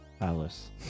Alice